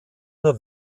nur